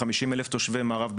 חמישים אלף תושבי מערב בנימין,